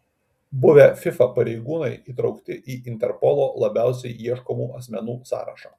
buvę fifa pareigūnai įtraukti į interpolo labiausiai ieškomų asmenų sąrašą